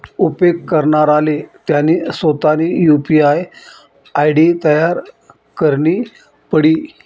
उपेग करणाराले त्यानी सोतानी यु.पी.आय आय.डी तयार करणी पडी